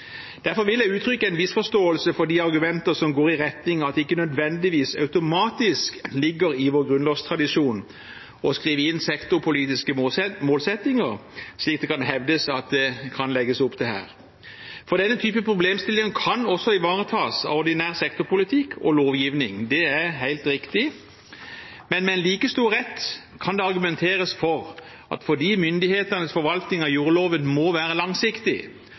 Derfor vil jeg uttrykke en viss forståelse for de argumenter som går i retning av at det ikke nødvendigvis automatisk ligger i vår grunnlovstradisjon å skrive inn sektorpolitiske målsettinger, slik det kan hevdes at det legges opp til her. For denne typen problemstillinger kan også ivaretas av ordinær sektorpolitikk og lovgivning – det er helt riktig. Men med like stor rett kan det argumenteres for at fordi myndighetenes forvalting av jordloven må være langsiktig,